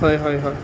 হয় হয় হয়